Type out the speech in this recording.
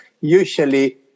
usually